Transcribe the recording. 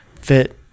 fit